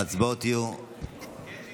ההצבעות יהיו אלקטרוניות.